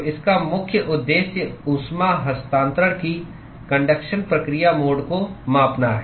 तो इसका मुख्य उद्देश्य ऊष्मा हस्तांतरण की कन्डक्शन प्रक्रिया मोड को मापना है